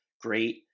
great